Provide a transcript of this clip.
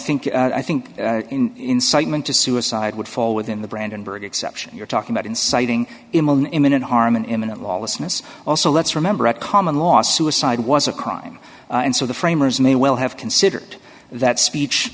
think i think incitement to suicide would fall within the brandenberg exception you're talking about inciting him an imminent harm an imminent lawlessness also let's remember a common law suicide was a crime and so the framers may well have considered that speech